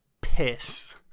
piss